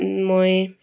মই